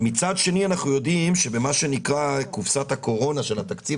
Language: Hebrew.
ואנחנו גם יודעים שבקופסת הקורונה של התקציב